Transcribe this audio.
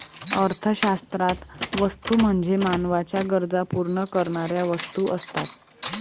अर्थशास्त्रात वस्तू म्हणजे मानवाच्या गरजा पूर्ण करणाऱ्या वस्तू असतात